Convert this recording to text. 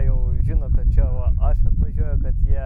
jau žino kad čia va aš atvažiuoju kad jie